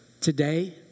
Today